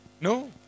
No